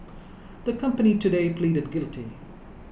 the company today pleaded guilty